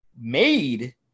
made